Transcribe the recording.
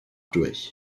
durch